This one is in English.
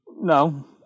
No